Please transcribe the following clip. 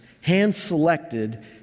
hand-selected